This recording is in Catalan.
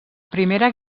primera